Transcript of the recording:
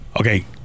Okay